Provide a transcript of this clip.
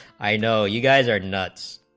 i know you guys are nuts